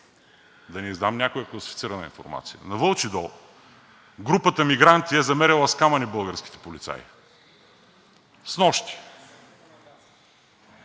да не издам някоя класифицирана информация, на Вълчи дол групата мигранти е замеряла с камъни българските полицаи. Снощи.